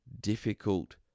difficult